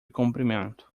comprimento